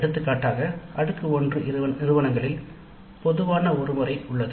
எடுத்துக்காட்டாக அடுக்கு 1 நிறுவனங்களில் பொதுவான ஒருமுறை உள்ளது